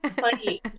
Funny